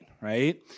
right